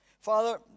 Father